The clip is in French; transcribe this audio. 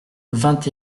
vingt